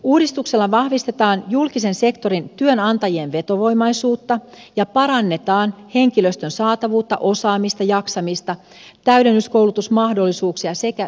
uudistuksella vahvistetaan julkisen sektorin työnantajien vetovoimaisuutta ja parannetaan henkilöstön saatavuutta osaamista jaksamista täydennyskoulutusmahdollisuuksia sekä sijaisjärjestelyitä